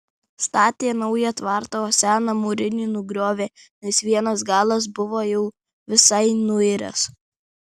statė naują tvartą o seną mūrinį nugriovė nes vienas galas buvo jau visai nuiręs